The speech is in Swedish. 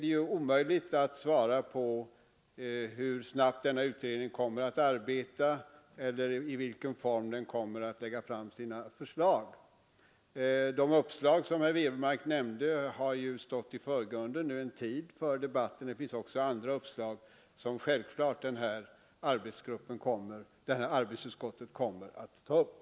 Det är omöjligt att svara på hur snabbt denna utredning kommer att arbeta och i vilken form den kommer att lägga fram sina förslag. De uppslag som herr Wirmark nämnde har ju en tid stått i förgrunden för debatten. Det finns också andra uppslag som arbetsutskottet självfallet kommer att ta upp. Jag yrkar bifall till utskottets hemställan.